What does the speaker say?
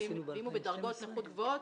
ואם הוא בדרגות נכות גבוהות,